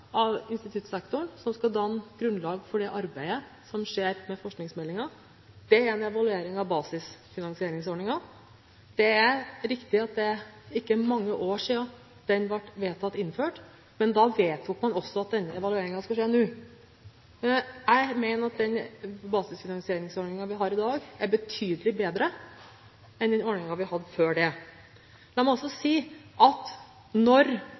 instituttsektoren som skal danne grunnlaget for det arbeidet som skjer med forskningsmeldingen. Det ene er evalueringen av basisfinansieringsordningen. Det er riktig at det ikke er mange år siden den ble vedtatt innført, men da vedtok man også at denne evalueringen skal skje nå. Jeg mener at den basisfinansieringsordningen vi har i dag, er betydelig bedre enn ordningen vi hadde før. Jeg må også si at når